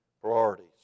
priorities